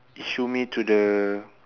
issue me to the